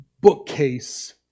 bookcase